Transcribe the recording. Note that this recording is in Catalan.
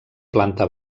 planta